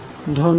ধন্যবাদ